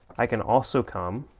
i can also come